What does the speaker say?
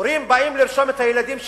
הורים באים לרשום את הילדים שלהם,